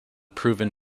proven